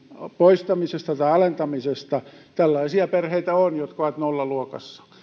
poistamisesta tai alentamisesta tällaisia perheitä on jotka ovat nollaluokassa